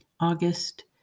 August